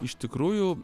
iš tikrųjų